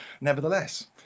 nevertheless